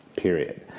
Period